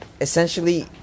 essentially